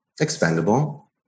expendable